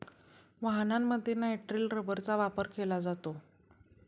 वाहनांमध्ये नायट्रिल रबरचा वापर केला जातो